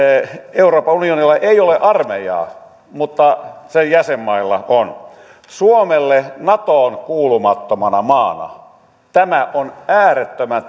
euroopan unionilla ei ole armeijaa mutta sen jäsenmailla on suomelle natoon kuulumattomana maana tämä on äärettömän